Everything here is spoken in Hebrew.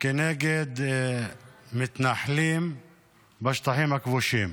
נגד מתנחלים בשטחים הכבושים.